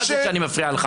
לא על זה שאני מפריע לך.